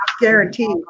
Guaranteed